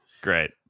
Great